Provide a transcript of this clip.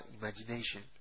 imagination